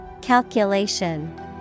Calculation